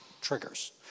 triggers